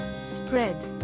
Spread